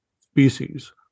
species